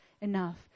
enough